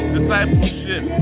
Discipleship